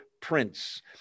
prince